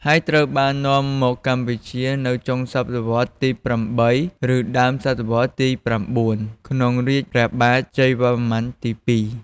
ហើយត្រូវបាននាំមកកម្ពុជានៅចុងសតវត្សទី៨ ឬដើមសតវត្សទី៩ ក្នុងរាជព្រះបាទជ័យវរ្ម័នទី២។